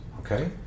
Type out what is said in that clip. okay